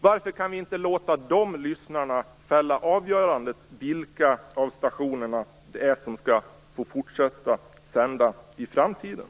Varför kan vi inte låta de lyssnarna fälla avgörandet om vilka stationer som skall få fortsätta att sända i framtiden?